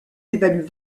évalue